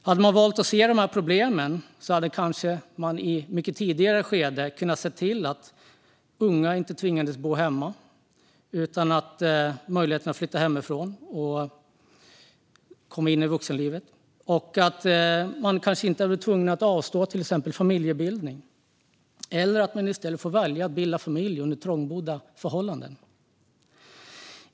Hade man valt att se dessa problem i ett tidigare skede hade man kanske kunnat se till att unga inte tvingades bo hemma utan möjlighet att flytta hemifrån och komma in i vuxenlivet. Man kanske inte hade varit tvungen att avstå från till exempel familjebildning, och man hade kanske sluppit välja att bilda familj under trångbodda förhållanden.